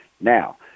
Now